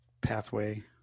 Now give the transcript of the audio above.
pathway